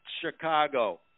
Chicago